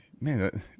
man